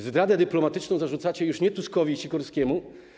Zdradę dyplomatyczną zarzucacie już nie Tuskowi i Sikorskiemu.